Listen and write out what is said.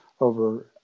over